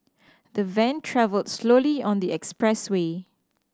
the van travelled slowly on the expressway